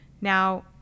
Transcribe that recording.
Now